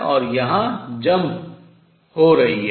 और यहाँ यह jump छलांग हो रही है